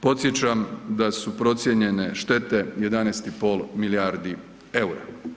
Podsjećam da su procijenjene štete 11,5 milijardi eura.